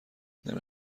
نمی